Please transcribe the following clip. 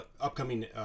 upcoming